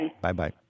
Bye-bye